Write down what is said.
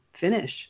finish